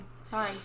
sorry